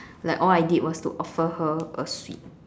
like all I did was to offer her a seat